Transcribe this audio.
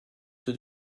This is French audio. tout